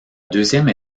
deuxième